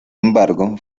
embargo